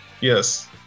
Yes